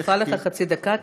כי אני מוסיפה לך חצי דקה,